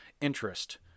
interest